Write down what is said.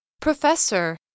Professor